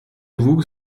vous